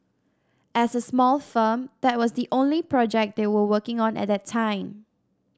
as a small firm that was the only project they were working on at the time